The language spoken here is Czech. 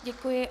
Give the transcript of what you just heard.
Děkuji.